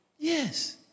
Yes